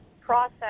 process